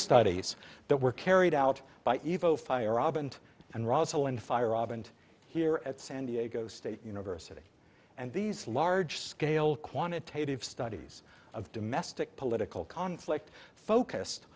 studies that were carried out by evo fire up and and russell and fire and here at san diego state university and these large scale quantitative studies of domestic political conflict focused